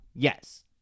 Yes